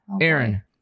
Aaron